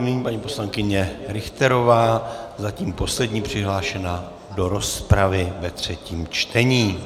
Nyní paní poslankyně Richterová, zatím poslední přihlášená do rozpravy ve třetím čtení.